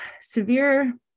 severe